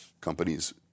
companies